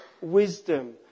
wisdom